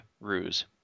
Ruse